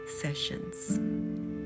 sessions